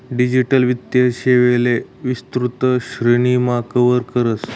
digital वित्तीय सेवांले विस्तृत श्रेणीमा कव्हर करस